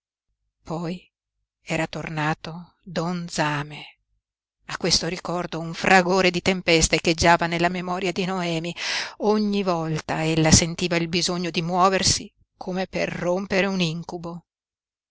poi era tornato don zame a questo ricordo un fragore di tempesta echeggiava nella memoria di noemi ogni volta ella sentiva il bisogno di muoversi come per rompere un incubo